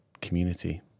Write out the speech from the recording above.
community